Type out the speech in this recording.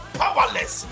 powerless